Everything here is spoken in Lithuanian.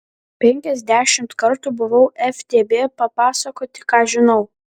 penkiasdešimt kartų buvau ftb papasakoti ką žinau